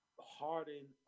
Harden